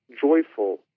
joyful